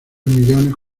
millones